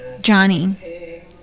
Johnny